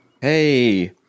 Hey